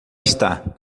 está